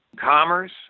commerce